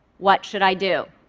what should i do?